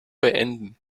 beenden